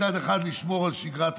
מצד אחד לשמור על שגרת חיים,